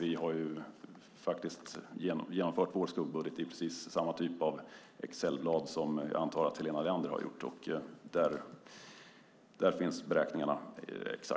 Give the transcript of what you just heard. Vi har faktiskt genomfört vår skuggbudget i precis samma typ av excelblad som jag antar att Helena Leander har använt, och där finns de exakta beräkningarna.